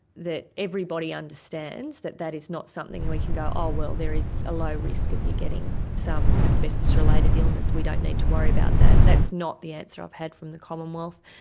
that everybody understands that that is not something and we can go, oh well, there is a low risk of you getting some asbestos-related illness. we don't need to worry about that. that's not the answer i've had from the commonwealth.